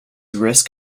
risk